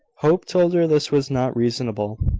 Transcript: hope told her this was not reasonable.